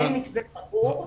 אין מתווה ברור.